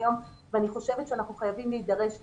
היום ואני חושבת שאנחנו חייבים להידרש לזה.